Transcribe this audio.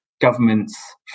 governments